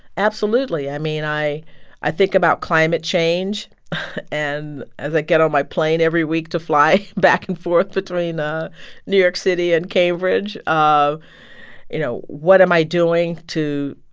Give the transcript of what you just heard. absolutely. i mean, i i think about climate change and as i get on my plane every week to fly back and forth between ah new york city and cambridge. you know, what am i doing to